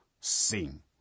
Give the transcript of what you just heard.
sing